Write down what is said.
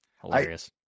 Hilarious